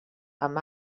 amb